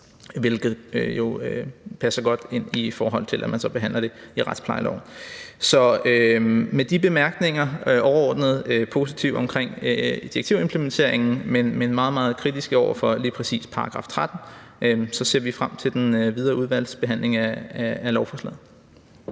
hvilket jo passer godt ind, i forhold til at man så behandler det i retsplejeloven. Så med de bemærkninger – overordnet positive omkring direktivimplementeringen, men meget, meget kritiske over for lige præcis paragraf 13 – ser vi frem til den videre udvalgsbehandling af lovforslaget.